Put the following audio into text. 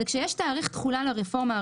כשיש תאריך תחולה לרפורמה,